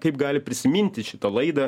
kaip gali prisiminti šitą laidą